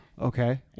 Okay